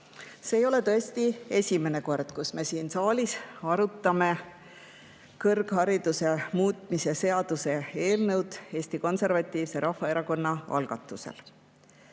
See ei ole tõesti esimene kord, kus me siin saalis arutame kõrgharidus[seaduse] muutmise seaduse eelnõu Eesti Konservatiivse Rahvaerakonna algatusel.